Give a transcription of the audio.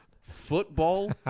football